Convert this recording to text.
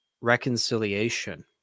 reconciliation